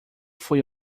foi